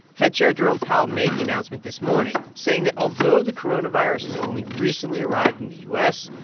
fed chair jerome powell made the announcement this morning, saying that although the coronavirus has only recently arrived in the u s,